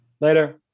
later